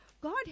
God